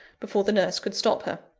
before the nurse could stop her.